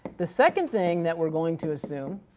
the second thing that we're going to assume,